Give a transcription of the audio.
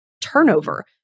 turnover